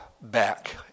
back